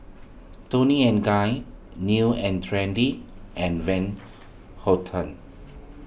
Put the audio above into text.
Toni and Guy New and Trendy and Van Houten